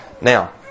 Now